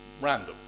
random